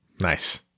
Nice